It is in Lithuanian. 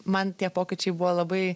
man tie pokyčiai buvo labai